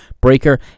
Breaker